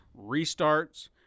restarts